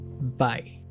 Bye